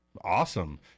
Awesome